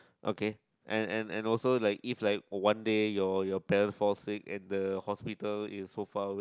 okay and and and also like if like one day your your parent fall sick and the hospital is so far away